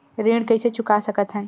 ऋण कइसे चुका सकत हन?